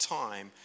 time